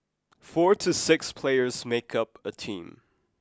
four to six players make up a team